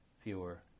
fewer